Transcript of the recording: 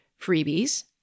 freebies